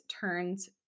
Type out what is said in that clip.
turns